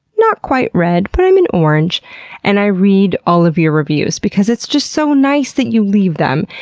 not quite red, but i'm in orange and i read all of your reviews because it's just so nice that you leave them.